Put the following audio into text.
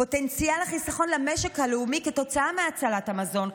פוטנציאל החיסכון למשק הלאומי כתוצאה מהצלת המזון,